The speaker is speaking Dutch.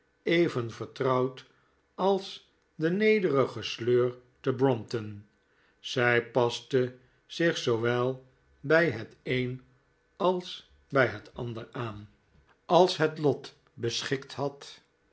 even vertrouwd als de nederige sleur te brompton zij paste zich zoowel bij het een als bij het ander aan als het lot beschikt had